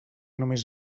només